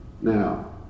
Now